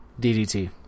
DDT